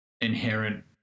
inherent